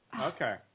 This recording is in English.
Okay